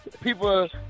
people